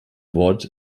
wort